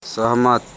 सहमत